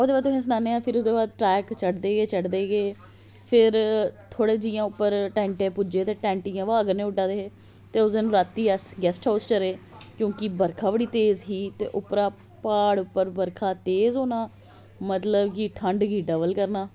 ओहदे बाद तुसेगी सनाने ओहदे बाद ट्रैक चढ़दे गै चढदे गै फिर थोह्डे़ जियां उप्पर टैंट पुज्जे ते टेंटे इयां हवा कन्नै उड्डा दा हे उस दिन राती अस गेस्ट हाउस च रेह् क्योकि बर्खा बड़ी तेज ही ते उप्परा प्हाड़ उप्पर बर्खा तेज होना मतलब कि ठंड गी डबल करना